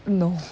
no